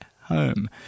home